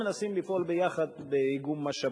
מנסים לפעול ביחד באיגום משאבים.